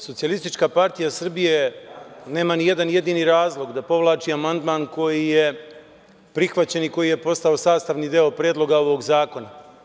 Socijalistička partija Srbije nema ni jedan jedini razlog da povlači amandman koji je prihvaćen i koji je postao sastavni deo predloga ovog zakona.